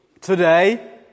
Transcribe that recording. today